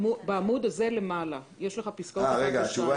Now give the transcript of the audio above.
בעמוד הזה למעלה יש את פסקאות 1 ו-2.